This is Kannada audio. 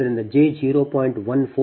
ಆದ್ದರಿಂದ j 0